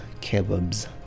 kebabs